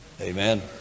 Amen